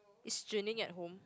is Zhi-Ning at home